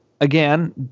Again